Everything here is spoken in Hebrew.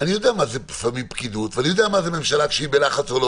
אני יודע מה זה פקידות ואני יודע מה זה ממשלה כשהיא בלחץ או לא